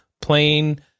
Plain